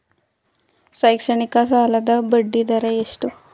ಶೈಕ್ಷಣಿಕ ಸಾಲದ ಬಡ್ಡಿ ದರ ಎಷ್ಟು?